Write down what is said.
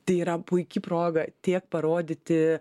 tai yra puiki proga tiek parodyti